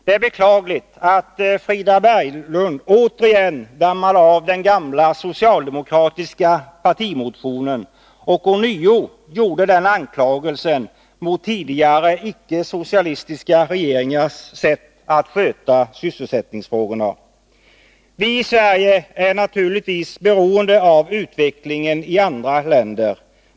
Det är beklagligt att Frida Berglund dammade av den gamla socialdemokratiska partimotionen och ånyo riktade den anklagelsen mot tidigare icke-socialistiska regeringars sätt att sköta sysselsättningsfrågorna. Vi i Sverige är beroende av utvecklingen i andra länder.